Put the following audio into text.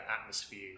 atmosphere